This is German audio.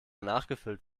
nachgefüllt